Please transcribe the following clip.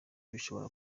bishobora